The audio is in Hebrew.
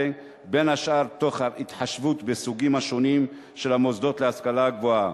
בין השאר תוך התחשבות בסוגים השונים של המוסדות להשכלה הגבוהה,